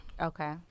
okay